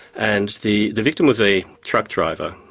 and the the victim was a truck driver,